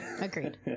Agreed